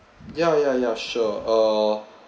ya ya ya sure uh